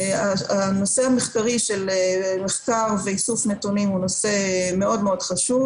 הנושא המחקרי של מחקר ואיסוף נתונים הוא נושא חשוב.